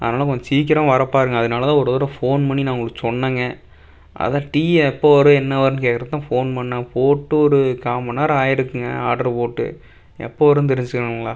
அதனால் கொஞ்சம் சீக்கிரம் வர பாருங்கள் அதனால ஒரு தடவ ஃபோன் பண்ணி நான் உங்களுக்கு சொன்னங்க அதை டீயி எப்போ வரும் என்ன வருன்னு கேட்குறதுக்கு தான் ஃபோன் பண்ணேன் போட்டு ஒரு கால்மண்நேரம் ஆயிருக்குங்க ஆர்ட்ரு போட்டு எப்போ வருன்னு தெரிஞ்சிக்களாங்களா